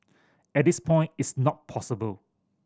at this point it's not possible